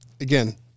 again